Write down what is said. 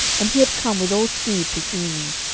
and he had come with all speed to see me.